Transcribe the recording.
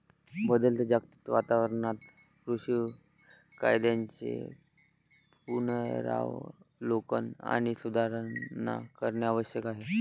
बदलत्या जागतिक वातावरणात कृषी कायद्यांचे पुनरावलोकन आणि सुधारणा करणे आवश्यक आहे